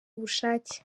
bushake